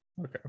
okay